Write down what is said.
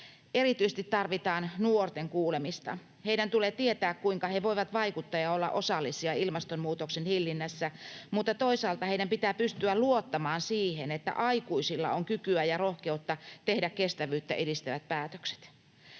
erityisesti tarvitaan nuorten kuulemista. Heidän tulee tietää, kuinka he voivat vaikuttaa ja olla osallisia ilmastonmuutoksen hillinnässä, mutta toisaalta heidän pitää pystyä luottamaan siihen, että aikuisilla on kykyä ja rohkeutta tehdä kestävyyttä edistävät päätökset.